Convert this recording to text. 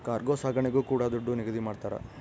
cargo ಸಾಗಣೆಗೂ ಕೂಡ ದುಡ್ಡು ನಿಗದಿ ಮಾಡ್ತರ